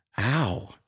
ow